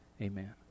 Amen